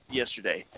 yesterday